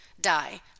die